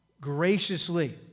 Graciously